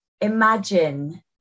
Imagine